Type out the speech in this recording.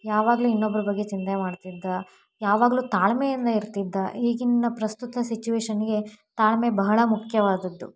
ಯಾವಾಗಲೂ ಇನ್ನೊಬ್ಬರ ಬಗ್ಗೆ ಚಿಂತೆ ಮಾಡ್ತಿದ್ದ ಯಾವಾಗಲೂ ತಾಳ್ಮೆಯಿಂದ ಇರ್ತಿದ್ದ ಈಗಿನ ಪ್ರಸ್ತುತ ಸಿಚುವೇಶನ್ಗೆ ತಾಳ್ಮೆ ಬಹಳ ಮುಖ್ಯವಾದದ್ದು